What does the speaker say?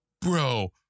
bro